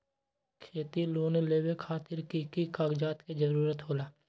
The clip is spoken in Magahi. खेती लोन लेबे खातिर की की कागजात के जरूरत होला?